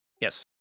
Yes